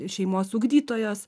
šeimos ugdytojos